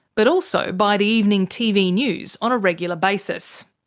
but also by the evening tv news on a regular basis.